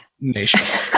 nation